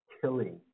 killing